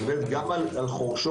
היא מדברת גם על חורשות,